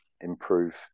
improve